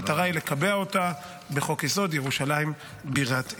המטרה היא לקבע אותה בחוק-יסוד: ירושלים בירת ישראל.